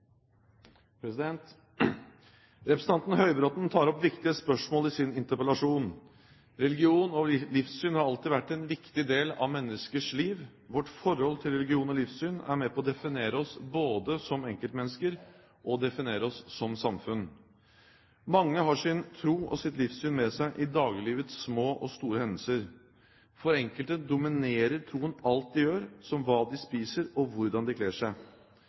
Representanten Høybråten tar opp viktige spørsmål i sin interpellasjon. Religion og livssyn har alltid vært en viktig del av menneskers liv. Vårt forhold til religion og livssyn er med på å definere oss både som enkeltmennesker og som samfunn. Mange har sin tro og sitt livssyn med seg i dagliglivets små og store hendelser. For enkelte dominerer troen alt de gjør, som hva de spiser, og hvordan de kler seg.